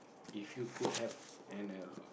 if you could have an a